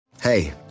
Hey